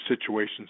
situations